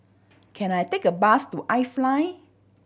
can I take a bus to iFly